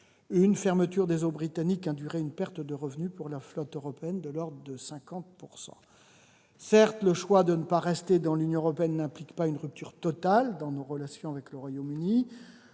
Une fermeture des eaux britanniques induirait une perte de revenus, pour la flotte européenne, de l'ordre de 50 %. Certes, le choix de ne pas rester dans l'Union européenne n'implique pas une rupture totale de nos relations avec le Royaume-Uni.